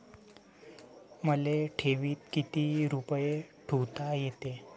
मले ठेवीत किती रुपये ठुता येते?